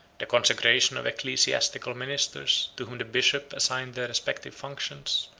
the consecration of ecclesiastical ministers, to whom the bishop assigned their respective functions,